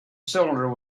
cylinder